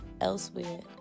elsewhere